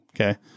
okay